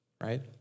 right